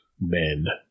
men